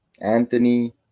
Anthony